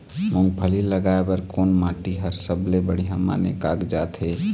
मूंगफली लगाय बर कोन माटी हर सबले बढ़िया माने कागजात हे?